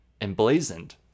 emblazoned